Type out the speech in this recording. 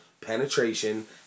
penetration